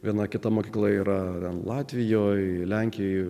viena kita mokykla yra latvijoje lenkijoje